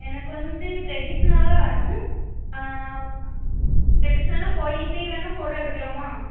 எனக்கு வந்து ட்ரெடிஸ்னல்லாக வேணும் ட்ரெடிஸ்னல்லாக கோயில் போய் வேணா ஃபோட்டா எடுக்கலாமா